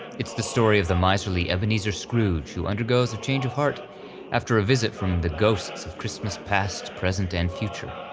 it's the story of the miserly ebenezer scrooge, who undergoes a change of heart after a visit from the ghosts of christmas past, present, and future,